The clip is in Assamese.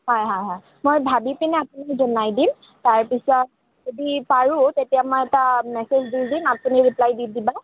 হা হা হা মই ভাবি পেনে আপোনাক জনাই দিম তাৰপিছত যদি পাৰো তেতিয়া মই এটা মেছেজ দি দিম আপুনি ৰিপ্লাই দি দিম